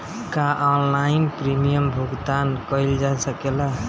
का online premium भुगतान कईल जा सकेला?